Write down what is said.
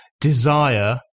desire